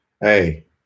Hey